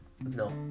No